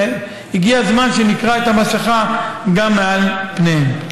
והגיע הזמן שנקרע את המסכה גם מעל פניהם.